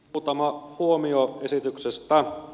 muutama huomio esityksestä